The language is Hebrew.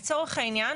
לצורך העניין,